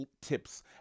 tips